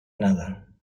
another